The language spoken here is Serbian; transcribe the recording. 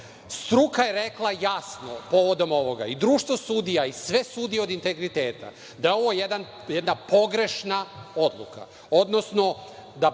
stvari. Struka je rekla jasno povodom ovoga, i društvu sudija i sve sudije od integriteta, da je ovo jedna pogrešna odluka, odnosno da